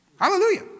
Hallelujah